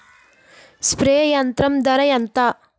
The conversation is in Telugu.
స్ప్రే యంత్రం ధర ఏంతా?